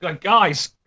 Guys